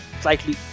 slightly